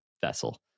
vessel